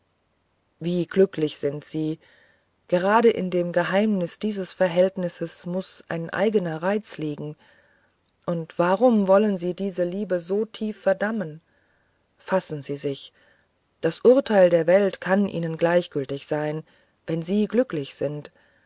wie glücklich sind sie gerade in dem geheimnis dieses verhältnisses muß ein eigener reiz liegen und warum wollen sie diese liebe so tief verdammen fassen sie sich das urteil der welt kann ihnen gleichgültig sein wenn sie glücklich sind